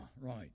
right